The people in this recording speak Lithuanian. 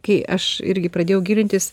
kai aš irgi pradėjau gilintis